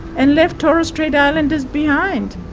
and left torres strait islanders behind.